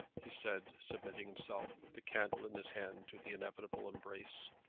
he said, submitting himself, with the candle in his hand, to the inevitable embrace.